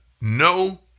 No